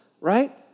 right